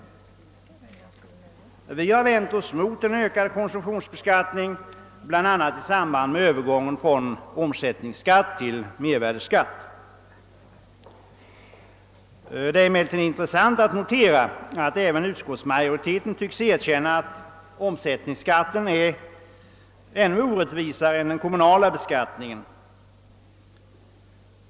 Vi har vänt oss mot en ökad konsumtionsbeskattning, bl.a. i samband med övergången från omsättningsskatt till mervärdeskatt. Det är emellertid intressant att notera att även utskottsmajoriteten tycks erkänna att omsättningsskatten är ännu orättvisare än den kommunala beskattningen.